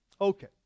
Okay